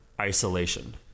isolation